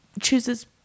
chooses